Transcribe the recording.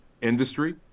industry